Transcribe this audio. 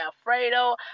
Alfredo